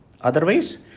Otherwise